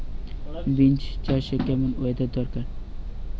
Beans চাষে কেমন weather দরকার?